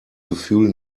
gefühl